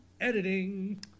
Editing